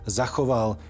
zachoval